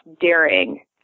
daring